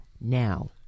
now